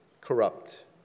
corrupt